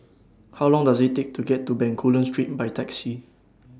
How Long Does IT Take to get to Bencoolen Street By Taxi